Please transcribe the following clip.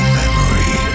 memory